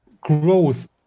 growth